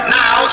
now